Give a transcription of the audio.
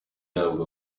ihabwa